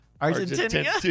Argentina